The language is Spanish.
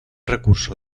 recurso